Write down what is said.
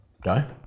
Go